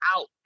out